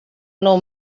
nou